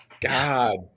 God